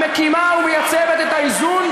המקימה ומייצרת את האיזון,